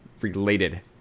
related